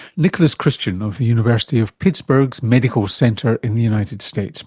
nicholas christian of the university of pittsburgh's medical centre in the united states